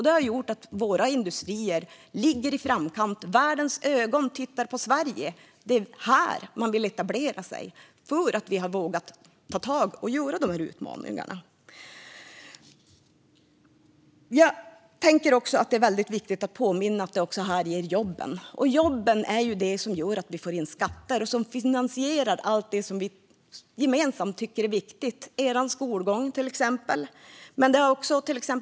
Det har gjort att våra industrier ligger i framkant. Världens ögon tittar på Sverige. Det är här man vill etablera sig, eftersom vi har vågat ta tag i utmaningarna. Det är också viktigt att påminna om att det här ger jobb. Och jobben är det som gör att vi får in skatter och finansierar allt det som vi gemensamt tycker är viktigt, till exempel skolgången för er elever som sitter på läktaren här i salen.